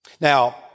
Now